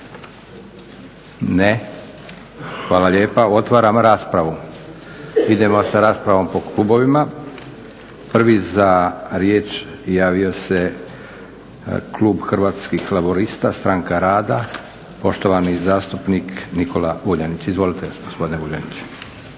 Ne. Hvala lijepa. Otvaram raspravu. Idemo sa raspravom po klubovima. Prvi za riječ javio se Klub Hrvatskih laburista, stranka rada poštovani zastupnik Nikola Vuljanić. Izvolite gospodine Vuljanić.